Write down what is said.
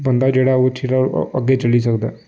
बंदा जेह्ड़ा ओह् अच्छी तरह् अग्गें चली सकदा ऐ